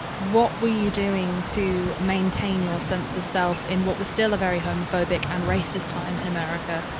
what were you doing to maintain your sense of self in what was still a very homophobic and racist time in america?